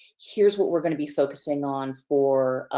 here's what we're gonna be focusing on for